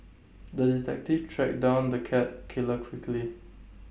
the detective tracked down the cat killer quickly